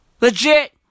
Legit